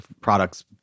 products